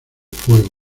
fuego